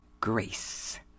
grace